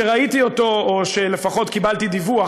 שראיתי אותו או שלפחות קיבלתי דיווח,